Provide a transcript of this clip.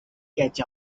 catch